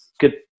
good